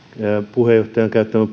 puheenjohtajan käyttämä